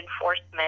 enforcement